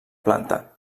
planta